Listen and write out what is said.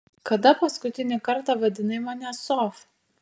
kada paskutinį kartą vadinai mane sof